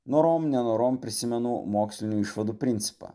norom nenorom prisimenu mokslinių išvadų principą